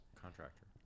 contractor